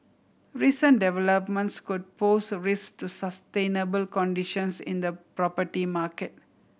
recent developments could pose risk to sustainable conditions in the property market